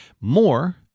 more